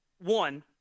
one